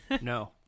No